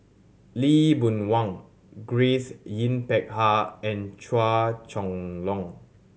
Lee Boon Wang Grace Yin Peck Ha and Chua Chong Long